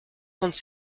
trente